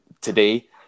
today